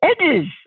edges